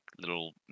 little